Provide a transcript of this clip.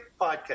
podcast